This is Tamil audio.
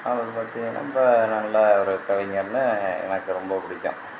அவரை பற்றியெல்லாம் இப்போ நல்லா ஒரு கவிஞர்னு எனக்கு ரொம்ப பிடிக்கும்